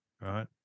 right